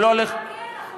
למה כן?